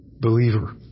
believer